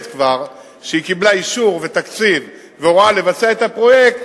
שהיא קיבלה אישור ותקציב והוראה לבצע את הפרויקט,